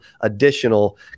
additional